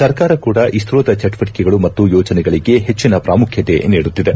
ಸರ್ಕಾರ ಕೂಡ ಇಸ್ತೋದ ಚಟುವಟಿಕೆಗಳು ಮತ್ತು ಯೋಜನೆಗಳಿಗೆ ಹೆಚ್ಚಿನ ಪ್ರಾಮುಖ್ಯತೆ ನೀಡುತ್ತಿದೆ